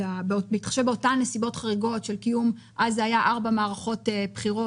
בהתחשב באותן נסיבות חריגות של קיום ארבע מערכות בחירות,